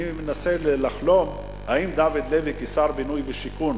אני מנסה לחלום, האם דוד לוי כשר בינוי ושיכון